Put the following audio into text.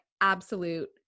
absolute